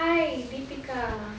hi deepika